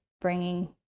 bringing